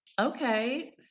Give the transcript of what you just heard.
Okay